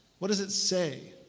what does it say?